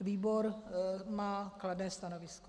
Výbor má kladné stanovisko.